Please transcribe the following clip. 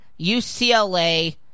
UCLA